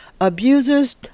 Abusers